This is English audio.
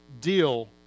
deal